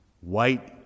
white